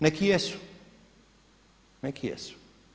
Neki jesu, neki jesu.